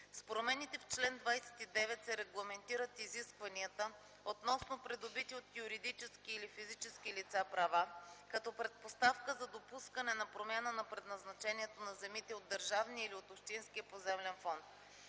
С промените в чл. 29 се регламентират изискванията относно придобити от юридически или физически лица права, като предпоставка за допускане на промяна на предназначението на земите от държавния или от общинския поземлен фонд.